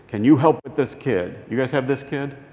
and you help with this kid? you guys have this kid?